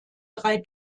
drei